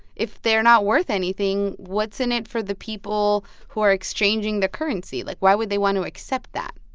if they're not worth anything, what's in it for the people who are exchanging the currency? like, why would they want to accept that?